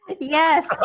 Yes